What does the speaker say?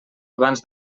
abans